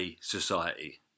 society